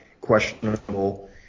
questionable